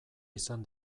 izan